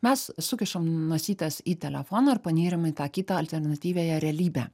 mes sukišam nosytes į telefoną ir panyram į tą kitą alternatyviąją realybę